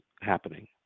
happening